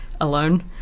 alone